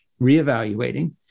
reevaluating